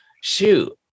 shoot